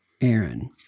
Aaron